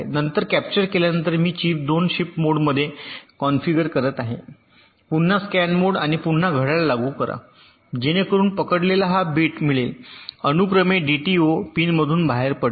नंतर कॅप्चर केल्यानंतर मी चिप 2 शिफ्ट मोडमध्ये कॉन्फिगर करत आहे पुन्हा स्कॅन मोड आणि पुन्हा घड्याळ लागू करा जेणेकरून पकडलेला हा बिट मिळेल अनुक्रमे टीडीओ पिनमधून बाहेर पडले